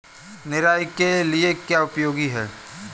निराई के लिए क्या उपयोगी है?